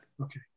Okay